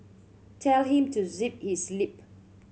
tell him to zip his lip